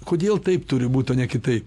kodėl taip turi būt o ne kitaip